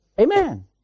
Amen